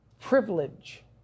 privilege